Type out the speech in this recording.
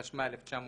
התשמ"א-1981."